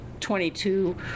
22